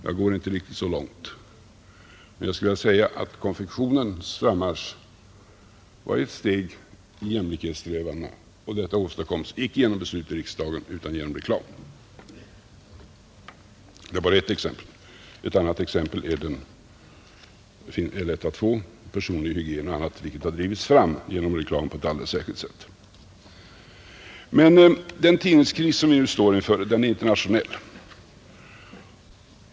Jag går inte riktigt så långt, men jag skulle vilja säga att konfektionens frammarsch var ett steg i jämlikhetssträvandena, och detta åstadkoms icke genom beslut i riksdagen utan genom reklam. Det var ett enda exempel. Ett annat exempel är lätt att få — personlig hygien och annat har drivits fram genom reklam på ett alldeles särskilt sätt. Den tidningskris som vi nu står inför är internationell.